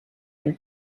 and